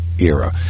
era